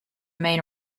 main